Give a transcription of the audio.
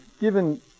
given